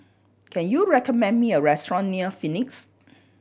can you recommend me a restaurant near Phoenix